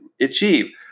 achieve